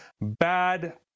bad